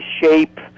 shape